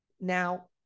now